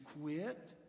quit